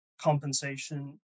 compensation